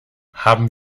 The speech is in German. haben